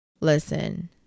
Listen